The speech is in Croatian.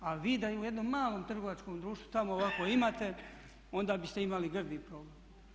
A vi da u jednom malom trgovačkom društvu tamo ovako imate onda biste imali grdi problem.